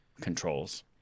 controls